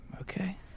Okay